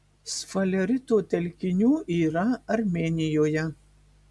sfalerito telkinių yra armėnijoje